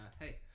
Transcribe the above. hey